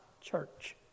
church